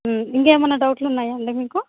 ఇంకా ఏమైనా డౌట్లు ఉన్నాయా అండి మీకు